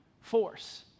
force